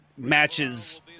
matches